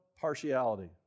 partiality